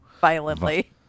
Violently